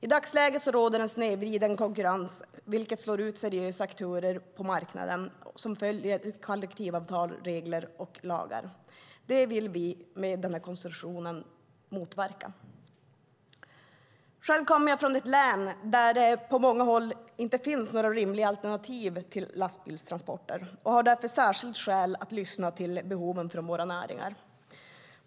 I dagsläget råder en snedvriden konkurrens, vilken slår ut seriösa aktörer på marknaden som följer kollektivavtal, regler och lagar. Det vill vi med den konstruktionen motverka. Själv kommer jag från ett län där det på många håll inte finns något rimligt alternativ till lastbilstransporter, och jag har därför haft särskilda skäl att lyssna till behoven från våra näringar.